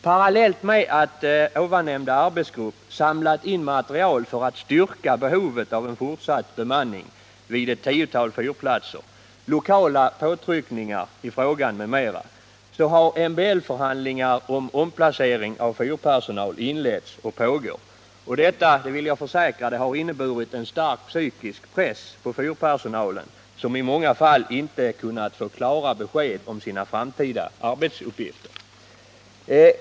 Parallellt med att den tidigare nämnda arbetsgruppen samlat in material för att styrka behovet av en fortsatt bemanning vid ett tiotal fyrplatser, lokala påtryckningar i frågan m.m. har MBL-förhandlingar om en omplacering av fyrplatser inletts och pågår. Jag vill försäkra att detta har inneburit en stark psykisk press på fyrpersonalen, som i många fall inte kunnat få besked om sina framtida arbetsuppgifter.